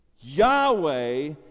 Yahweh